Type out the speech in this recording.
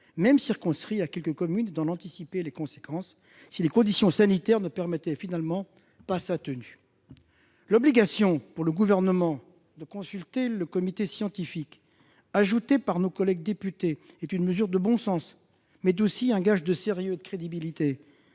même circonscrit à quelques communes, et d'en anticiper les conséquences, si les conditions sanitaires ne permettaient finalement pas sa tenue. L'obligation pour le Gouvernement de consulter le conseil scientifique, ajoutée par nos collègues députés, est une mesure de bon sens, mais aussi un gage de sérieux et de crédibilité.